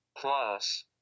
plus